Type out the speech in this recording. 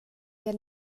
der